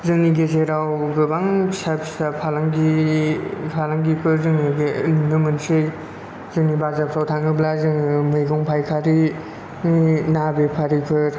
जोंनि गेजेराव गोबां फिसा फिसा फालांगि फालांगिफोर जों नुनो मोनसै जोंनि बाजारफ्राव थाङोब्ला जोङो मैगं फायखारि जोंनि ना बेफारिफोर